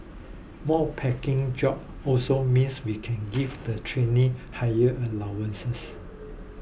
more packing jobs also means we can give the trainees higher allowances